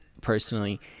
personally